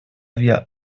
wir